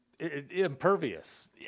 impervious